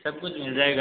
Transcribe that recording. सब कुछ मिल जाएगा